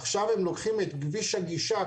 עכשיו הם לוקחים את כביש הגישה,